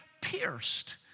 pierced